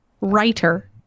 Writer